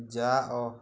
ଯାଅ